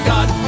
God